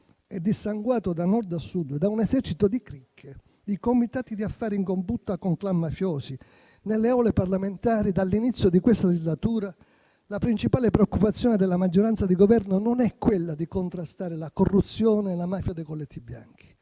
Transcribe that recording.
è dissanguato, da Nord a Sud, da un esercito di cricche, di comitati d'affari in combutta con clan mafiosi, nelle Aule parlamentari, dall'inizio di questa legislatura, la principale preoccupazione della maggioranza di Governo non è quella di contrastare la corruzione e la mafia dei colletti bianchi,